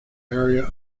area